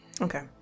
Okay